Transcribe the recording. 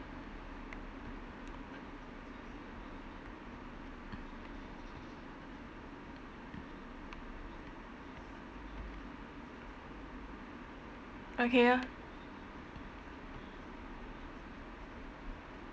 okay lor